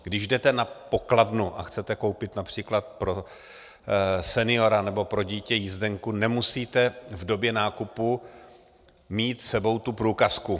Když jdete na pokladnu a chcete koupit například pro seniora nebo pro dítě jízdenku, nemusíte v době nákupu mít s sebou tu průkazku.